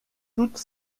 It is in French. toutes